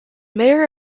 mayor